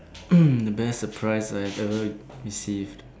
um the best surprise I have ever received